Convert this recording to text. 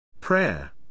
Prayer